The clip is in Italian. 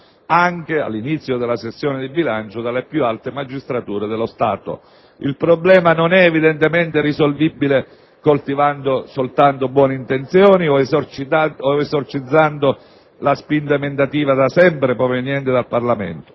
all'inizio della sessione di bilancio, anche dalle più alte magistrature dello Stato. Il problema non è evidentemente risolvibile soltanto coltivando le buone intenzioni o esorcizzando la spinta emendativa da sempre proveniente dal Parlamento,